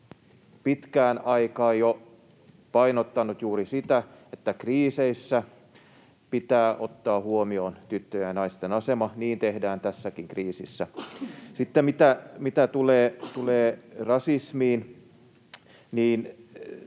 pitkän aikaa painottanut juuri sitä, että kriiseissä pitää ottaa huomioon tyttöjen ja naisten asema. Niin tehdään tässäkin kriisissä. Sitten mitä tulee rasismiin, niin